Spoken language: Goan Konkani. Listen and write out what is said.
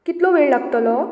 कितलो वेळ लागतलो